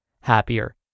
happier